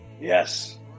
Yes